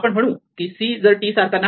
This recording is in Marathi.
आपण म्हणू की c जर t सारखा नाही